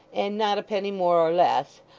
and not a penny more or less,